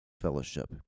fellowship